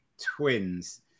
twins